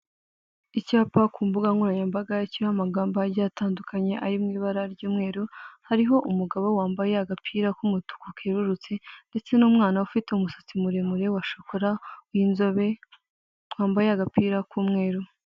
Icyapa ku mbugankoranyambaga, kiriho amagambo agiye atandukanye ari mu ibara ry'umweru, hariho umugabo wambaye agapira k'umutuku kerurutse ndetse n'umwana ufite umusatsi muremure wa shokora w'inzobe wambaye agapira k'umweru.